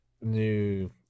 new